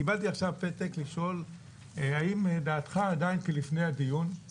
קיבלתי עכשיו פתק מהעוזרת שלי ששואלת האם דעתך היא עדיין כלפני הדיון.